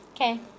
Okay